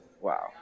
Wow